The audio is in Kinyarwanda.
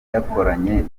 yakoranye